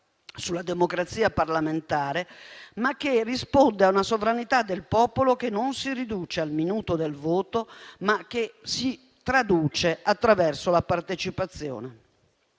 sulla democrazia parlamentare, che risponde a una sovranità del popolo, che non si riduce al minuto del voto, ma che si traduce attraverso la partecipazione.